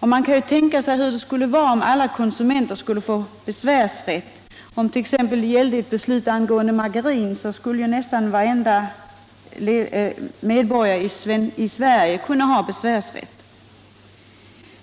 Man kan tänka sig hur det skulle vara om alla konsumenter fick besvärsrätt. Om det gällde t.ex. ett beslut om margarin, skulle nästan varenda medborgare i Sverige ha besvärsrätt.